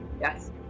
Yes